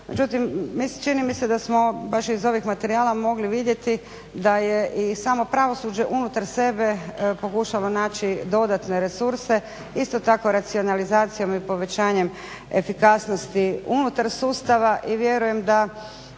Međutim čini mi se da smo baš iz ovih materijala mogli vidjeti da je i samo pravosuđe unutar sebe pokušalo naći dodatne resurse isto tako racionalizacijom i povećanjem efikasnosti unutar sustava i vjerujem da